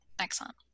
Excellent